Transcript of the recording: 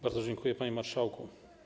Bardzo dziękuję, panie marszałku.